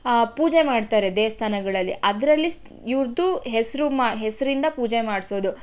ಪೂಜೆ ಮಾಡ್ತಾರೆ ದೇವಸ್ಥಾನಗಳಲ್ಲಿ ಅದರಲ್ಲಿ ಇವ್ರದ್ದು ಹೆಸರು ಮಾ ಹೆಸರಿಂದ ಪೂಜೆ ಮಾಡಿಸೋದು